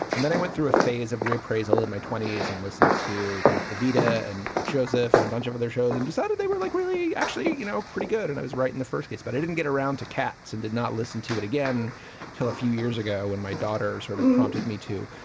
and then i went through a phase of re-appraisal in my twenty s and listened to, you know, evita and joseph and a bunch of other shows and decided they were like, really, actually, you know, pretty good. and i was right in the first case, but i didn't get around to cats and did not listen to it again till a few years ago when my daughter sort of prompted me to.